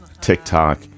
TikTok